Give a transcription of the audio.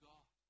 God